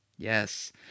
Yes